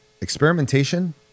Experimentation